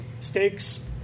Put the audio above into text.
Stakes